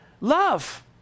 Love